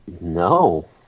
No